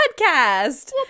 Podcast